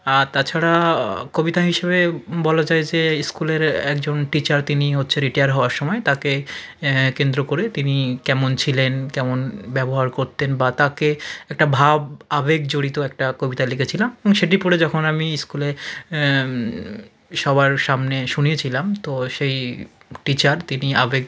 আর তাছাড়া কবিতা হিসেবে বলা যায় যে স্কুলের একজন টিচার তিনি হচ্ছে রিটায়ার হওয়ার সময় তাকে কেন্দ্র করে তিনি কেমন ছিলেন কেমন ব্যবহার করতেন বা তাকে একটা ভাব আবেগ জড়িত একটা কবিতা লিখেছিলাম সেটি পড়ে যখন আমি স্কুলে সবার সামনে শুনিয়েছিলাম তো সেই টিচার তিনি আবেগ